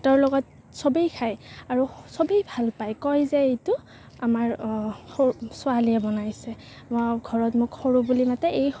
ভাতৰ লগত চবেই খাই আৰু চবেই ভাল পায় কয় যে এইটো আমাৰ সৰু ছোৱালীয়ে বনাইছে ঘৰত মোক সৰু বুলি মাতে এই